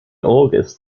august